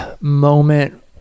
moment